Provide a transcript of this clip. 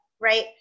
right